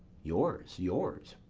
yours, yours.